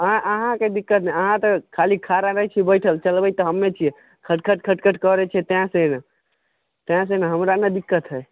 अहाँ अहाँके दिक्कत नहि अहाँ तऽ खली खड़ा ने छी बैठल चलबै तऽ हम्मे छी खट खट खट खट करै छै ताहिसे ताहिसे ने हमरा नहि दिक्कत हइ